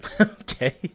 Okay